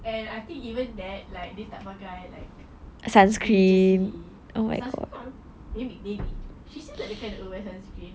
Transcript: and I think even dad like dia tak pakai like religiously asal sikit she's still the kind that wears sunscreen